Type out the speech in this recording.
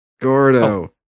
Gordo